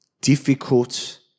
difficult